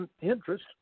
interest